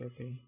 Okay